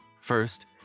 First